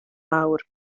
fawr